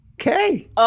Okay